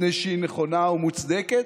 מפני שהיא נכונה ומוצדקת.